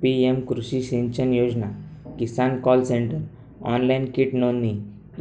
PM कृषी सिंचन योजना, किसान कॉल सेंटर, ऑनलाइन कीट नोंदणी,